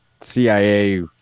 CIA